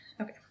Okay